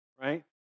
right